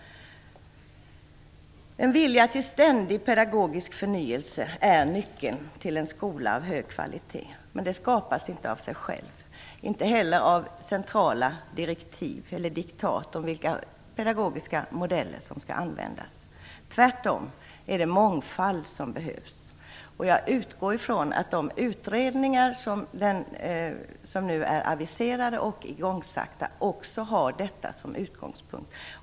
En vilja till ständig pedagogisk förnyelse är nyckeln till en skola av hög kvalitet, men detta skapas inte av sig själv, inte heller genom centrala diktat om vilka pedagogiska modeller som skall användas. Tvärtom är det mångfald som behövs, och jag utgår från att de utredningar som nu är aviserade och igångsatta också har detta som utgångspunkt.